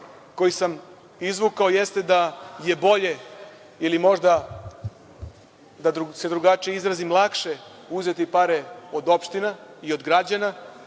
koji sam izvukao jeste da je bolje ili da se možda drugačije izrazim, lakše, uzeti pare od opština i od građana